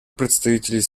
представителей